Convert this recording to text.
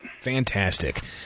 Fantastic